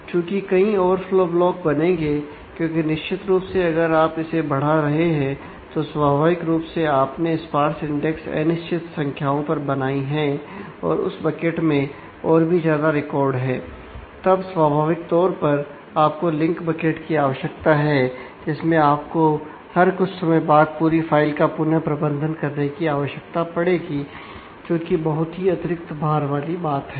चूंकि कई overflow block की आवश्यकता है जिसमें आपको हर कुछ समय बाद पूरी फाइल का पुनः प्रबंधन की आवश्यकता पड़ेगी जोकि बहुत ही अतिरिक्त भार वाली बात है